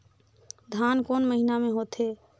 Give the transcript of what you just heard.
धान कोन महीना मे होथे?